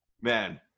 Man